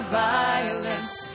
violence